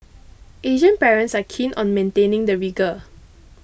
Asian parents are keen on maintaining the rigour